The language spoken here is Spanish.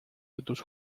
tus